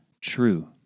true